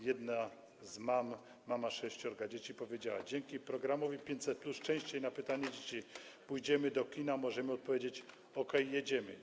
Jedna z mam, mama sześciorga dzieci, powiedziała: Dzięki programowi 500+ częściej na pytanie dzieci, czy pójdziemy do kina, możemy odpowiedzieć okej, jedziemy.